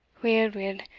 weel, weel,